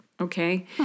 Okay